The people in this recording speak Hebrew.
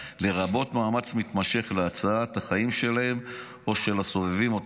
לרבות מאמץ מתמשך להצלת החיים שלהם או של הסובבים אותם,